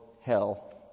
hell